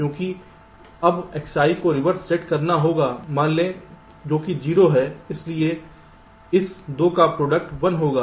क्योंकि अब Xi को रिवर्स सेट करना होगा मान जो कि 0 है इसलिए इस 2 का प्रोडक्ट 1 होगा